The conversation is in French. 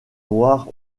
noir